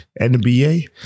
NBA